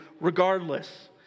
regardless